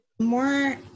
more